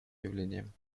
явлением